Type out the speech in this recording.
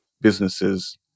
businesses